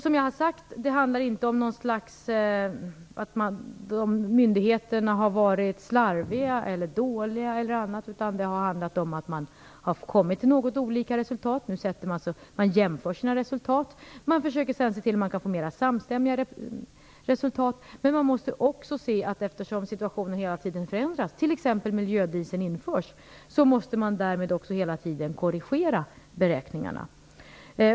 Som jag sade handlar det inte om att myndigheterna har varit slarviga eller dåliga, utan om att man har kommit till något olika resultat. Nu jämför man sina resultat. Man försöker se efter om man kan få mera samstämmiga resultat. Vi måste också inse att eftersom situationen hela tiden förändras - miljödiesel införs t.ex. - måste därmed också beräkningarna hela tiden korrigeras.